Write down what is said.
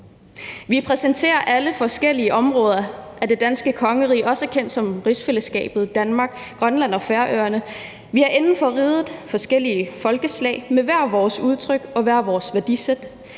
Vi repræsenterer alle forskellige områder af det danske kongerige, også kendt som rigsfællesskabet mellem Danmark, Grønland og Færøerne. Vi har inden for riget forskellige folkeslag med hver vores udtryk og hver vores værdisæt,